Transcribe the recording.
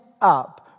up